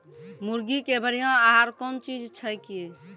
मुर्गी के बढ़िया आहार कौन चीज छै के?